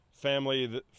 family